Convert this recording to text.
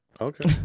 Okay